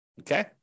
okay